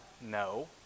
No